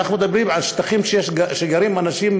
אנחנו מדברים על שטחים שגרים בהם אנשים,